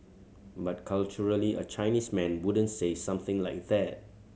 but culturally a Chinese man wouldn't say something like that